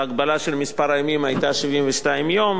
ההגבלה של מספר הימים היתה 72 יום,